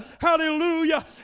hallelujah